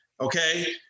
okay